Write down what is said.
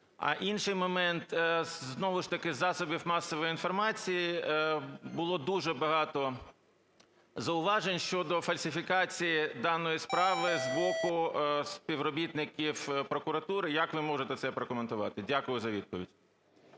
А інший момент, знову ж таки з засобів масової інформації було дуже багато зауважень щодо фальсифікації даної справи з боку співробітників прокуратури. Як ви можете це прокоментувати? Дякую за відповідь.